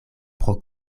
pro